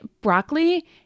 broccoli